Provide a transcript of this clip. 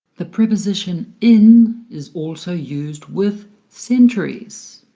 the preposition in is also used with centuries.